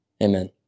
Amen